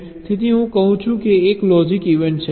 તેથી હું કહું છું કે એક લોજીક ઇવેન્ટ છે